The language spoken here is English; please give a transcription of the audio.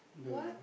what